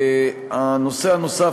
הנושא הנוסף,